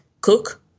cook